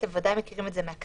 אתם ודאי מכירים את זה מהכנסת,